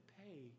pay